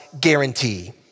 guarantee